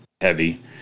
heavy